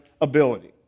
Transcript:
ability